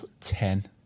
ten